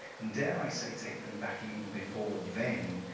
and dare i say take them back even before then,